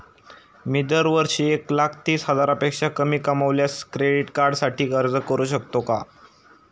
मी दरवर्षी एक लाख तीस हजारापेक्षा कमी कमावल्यास क्रेडिट कार्डसाठी अर्ज करू शकतो का?